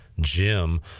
Jim